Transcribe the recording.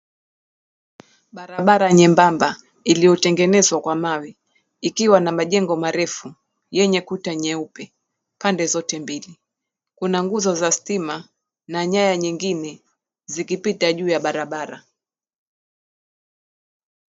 Barabara nyembamba iliyotengenezwa kwa mawe ikiwa na majengo marefu yenye kuta nyeupe pande zote mbili. Kuna nguzo za stima na nyaya zingine zikipita juu ya barabara.